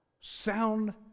sound